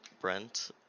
Brent